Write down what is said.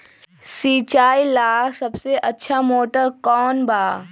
सिंचाई ला सबसे अच्छा मोटर कौन बा?